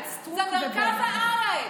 זה מרכז הארץ.